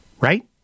Right